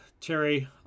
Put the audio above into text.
Terry